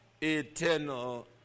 eternal